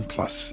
Plus